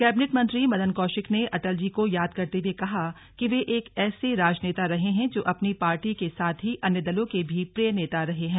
cabinet मंत्री मदन कौशिक ने अटलजी को याद करते हुए कहा कि वे एक ऐसा राजनेता रहे हैं जो अपनी पार्टी के साथ ही अन्य दलों के भी प्रिय नेता रहे हैं